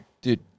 Dude